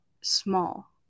small